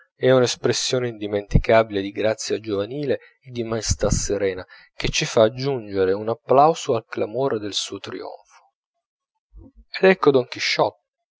e un'espressione indimenticabile di grazia giovanile e di maestà serena che ci fa aggiungere un applauso al clamore del suo trionfo ed ecco don chisciotte